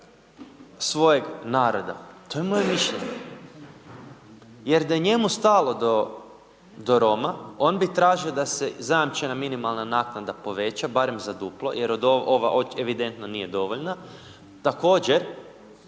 svojeg naroda, to je moje mišljenje. Jer da je njemu stalo do Roma on bi tražio da se zajamčena minimalna naknada poveća, barem za duplo, jer ova evidentno nije dovoljna, također